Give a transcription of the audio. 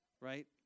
right